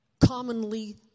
commonly